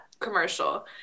commercial